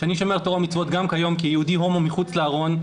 שאני שומר תורה ומצוות גם כיום כיהודי הומו מחוץ לארון.